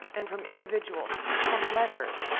and from individuals, from letters.